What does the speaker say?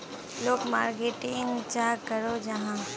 लोग मार्केटिंग चाँ करो जाहा?